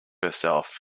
herself